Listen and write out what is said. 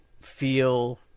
feel